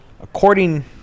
According